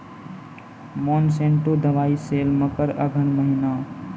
Monsanto दवाई sale मकर अघन महीना,